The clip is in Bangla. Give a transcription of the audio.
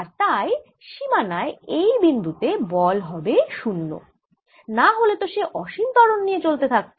আর তাই সীমানায় এই বিন্দু তে বল হবে শূন্য না হলে তো সে অসীম ত্বরণ নিয়ে চলতে থাকত